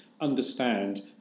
understand